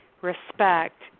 respect